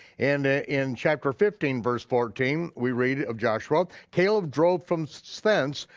and in chapter fifteen, verse fourteen, we read of joshua, caleb drove from so thence,